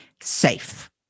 safe